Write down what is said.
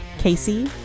Casey